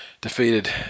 Defeated